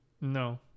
No